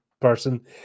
person